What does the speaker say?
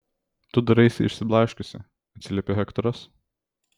tu daraisi išsiblaškiusi atsiliepia hektoras